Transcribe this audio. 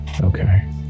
Okay